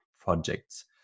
projects